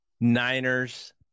Niners